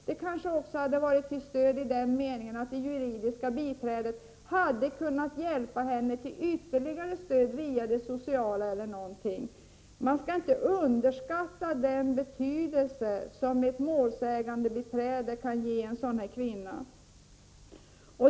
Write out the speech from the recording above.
Det kanske också hade varit ett stöd i den meningen, att det juridiska biträdet hade kunnat hjälpa henne till ytterligare stöd via det sociala eller någonting sådant. Man skall inte underskatta den betydelse som ett målsägandebiträde kan ha för en sådan kvinna.